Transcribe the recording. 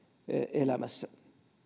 elämässä